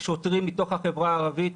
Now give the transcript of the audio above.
שוטרים מתוך החברה הערבית,